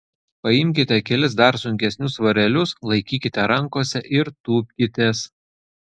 paimkite kelis dar sunkesnius svarelius laikykite rankose ir tūpkitės